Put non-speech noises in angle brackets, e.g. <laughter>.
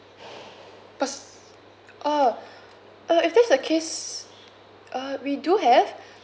pers~ oh <breath> uh if that's the case uh we do have